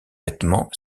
vêtement